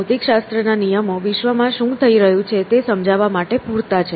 ભૌતિકશાસ્ત્રના નિયમો વિશ્વમાં શું થઈ રહ્યું છે તે સમજાવવા માટે પૂરતા છે